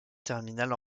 terminale